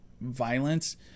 violence